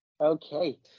Okay